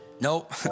nope